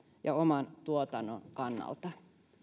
ja oman tuotannon kannalta